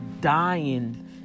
dying